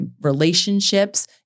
relationships